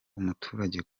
umuturage